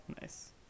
Nice